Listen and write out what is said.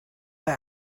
but